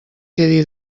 quedi